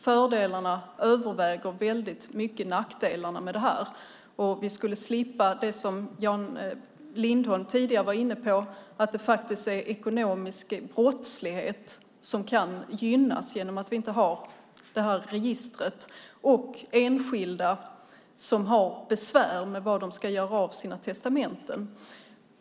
Fördelarna överväger nackdelarna. Vi skulle slippa det som Jan Lindholm tidigare var inne på, att ekonomisk brottslighet kan gynnas genom att vi inte har registret. Det skulle underlätta för enskilda som har besvär med var de ska göra av sina testamenten.